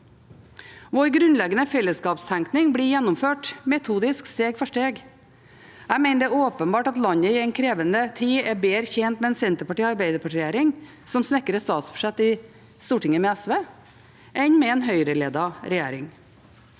Vår grunnleggende fellesskapstenkning blir gjennomført metodisk, steg for steg. Jeg mener det er åpenbart at landet i en krevende tid er bedre tjent med en Arbeiderparti–Senterparti-regjering som snekrer statsbudsjett i Stortinget sammen med SV, enn med en Høyre-ledet regjering.